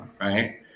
Right